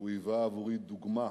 הוא היווה עבורי דוגמה